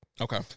Okay